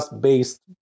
based